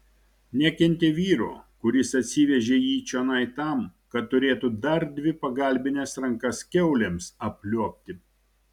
nekentė vyro kuris atsivežė jį čionai tam kad turėtų dar dvi pagalbines rankas kiaulėms apliuobti